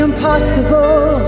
Impossible